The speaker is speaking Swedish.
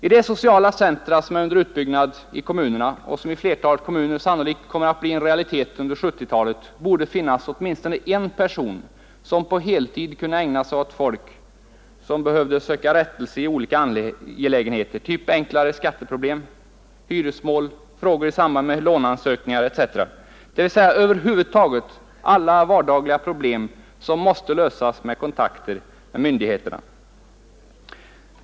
I de sociala centra som är under utbyggnad i kommunerna och som i flertalet kommuner sannolikt kommer att bli en realitet under 1970-talet borde finnas åtminstone en person, som på heltid kunde ägna sig åt folk som behöver söka rättelse i olika angelägenheter, typ enklare skatteproblem, hyresmål, frågor i samband med låneansökningar etc., alltså över huvud taget alla vardagliga problem som måste lösas genom kontakter med myndigheter.